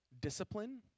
discipline